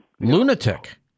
Lunatic